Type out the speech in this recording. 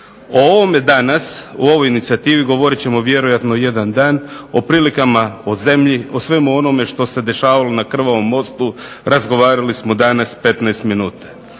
O ovome danas, o ovoj inicijativi govorit ćemo vjerojatno jedan dan, o prilikama u zemlji o svemu onome što se dešavalo na Krvavom mostu, razgovarali smo danas 15 minuta.